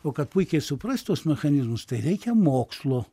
o kad puikiai suprast tuos mechanizmus tai reikia mokslo